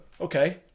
okay